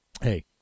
hey